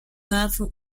nahezu